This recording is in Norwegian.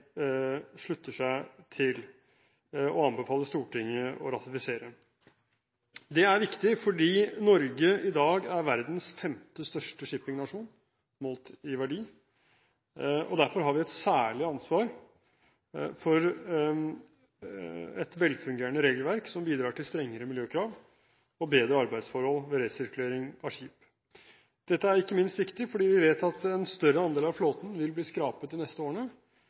slutter seg til, og anbefaler Stortinget å ratifisere. Det er viktig fordi Norge i dag er verdens femte største shippingnasjon, målt i verdi. Derfor har vi et særlig ansvar for et velfungerende regelverk, som bidrar til strengere miljøkrav og bedre arbeidsforhold ved resirkulering av skip. Dette er ikke minst viktig fordi vi vet at en større andel av flåten vil bli skrapet de neste årene,